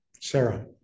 Sarah